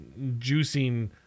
juicing